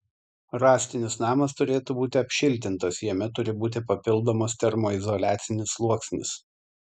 rąstinis namas turėtų būti apšiltintas jame turi būti papildomas termoizoliacinis sluoksnis